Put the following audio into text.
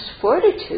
fortitude